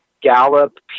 Gallup